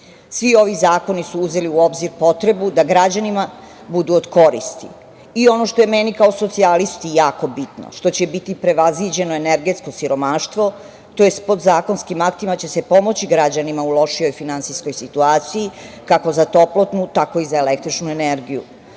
ovi zakoni su uzeli u obzir potrebu da građanima budu od koristi. Ono što je meni kao socijalisti jako bitno, što će biti prevaziđeno energetsko siromaštvo, tj. podzakonskim aktima će se pomoći građanima u lošijoj finansijskoj situaciji, kako za toplotnu, tako i za električnu energiju. Mi